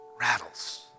rattles